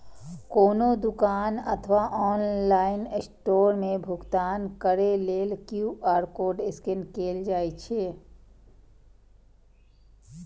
कोनो दुकान अथवा ऑनलाइन स्टोर मे भुगतान करै लेल क्यू.आर कोड स्कैन कैल जाइ छै